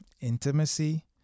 intimacy